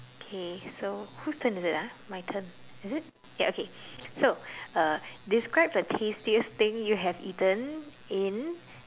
okay so whose turn is it ah my turn is it ya okay so describe uh the tastiest thing you have eaten in